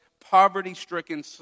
poverty-stricken